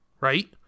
right